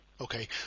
Okay